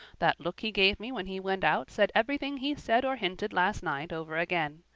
that look he gave me when he went out said everything he said or hinted last night over again.